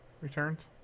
Returns